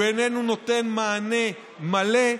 הוא אינו נותן מענה מלא,